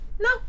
No